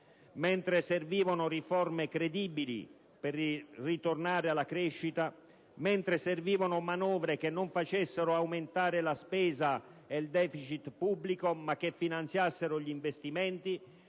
Mentre servivano riforme credibili per ritornare alla crescita, mentre servivano manovre che non facessero aumentare la spesa e il deficit pubblico, ma che finanziassero gli investimenti,